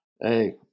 Hey